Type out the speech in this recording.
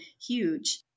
huge